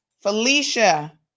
Felicia